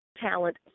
talent